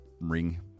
ring